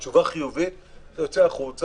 אם התשובה חיובית הוא יוצא החוצה.